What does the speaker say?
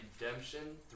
redemption